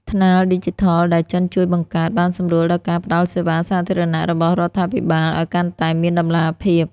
ថ្នាលឌីជីថលដែលចិនជួយបង្កើត បានសម្រួលដល់ការផ្ដល់សេវាសាធារណៈរបស់រដ្ឋាភិបាលឱ្យកាន់តែមានតម្លាភាព។